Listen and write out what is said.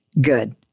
Good